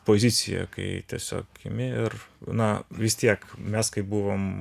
pozicijoje kai tiesiog imi ir na vis tiek mes kaip buvom